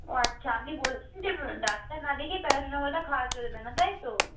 ও আচ্ছা আপনি বলছেন যে ডাক্তার না দেখিয়ে প্যারাসিটামলটা খাওয়া চলবে না তাই তো